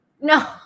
No